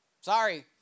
Sorry